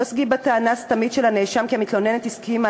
לא סגי בטענה הסתמית של הנאשם כי המתלוננת הסכימה